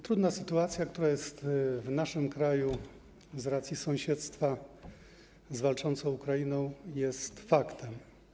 Trudna sytuacja, która jest w naszym kraju z racji sąsiedztwa z walczącą Ukrainą, jest faktem.